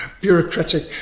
bureaucratic